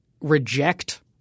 reject